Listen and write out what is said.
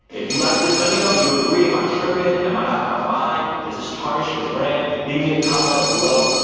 if you like this, let me know. you agree, am i tripping, am i out of my mind? does this tarnish your brand? leave me a comment below,